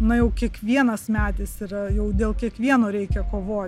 na jau kiekvienas medis yra jau dėl kiekvieno reikia kovot